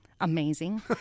Amazing